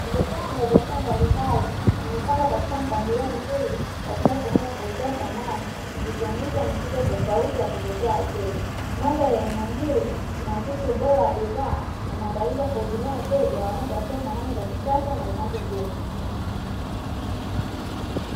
Vitanda vya aina mbalimbali vimepanga katika mpangilio mzuri katika sehemu ya kuuzia thamani vikionyesha mitindo tofauti ya kuvutia wateja. Mandhari ya eneo hili linaakisi ubora wa bidhaa na maandalizi ya kuwahudumia wateja wanaotafuta thamani za kisasa na zinazodumu.